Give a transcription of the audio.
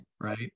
Right